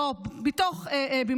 מעל בימת הכנסת.